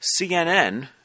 CNN